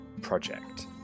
project